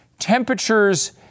temperatures